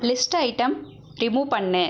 list item remove பண்ணு